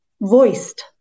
voiced